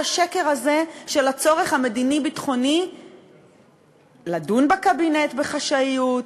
השקר הזה של הצורך המדיני-ביטחוני לדון בקבינט בחשאיות,